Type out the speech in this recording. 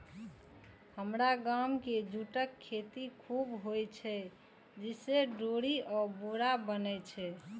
हमरा गाम मे जूटक खेती खूब होइ छै, जइसे डोरी आ बोरी बनै छै